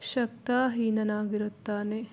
ಶಕ್ತಿಹೀನನಾಗಿರುತ್ತಾನೆ